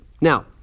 Now